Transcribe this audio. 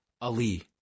Ali